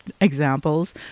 examples